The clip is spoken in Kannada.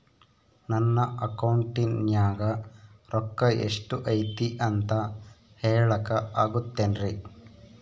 ನನ್ನ ಅಕೌಂಟಿನ್ಯಾಗ ರೊಕ್ಕ ಎಷ್ಟು ಐತಿ ಅಂತ ಹೇಳಕ ಆಗುತ್ತೆನ್ರಿ?